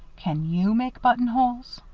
can you make buttonholes?